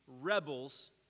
rebels